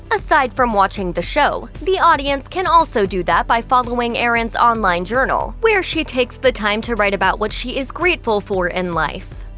aside from watching the show, the audience can also do that by following erin's online journal, where she takes the time to write about what she is grateful for in life.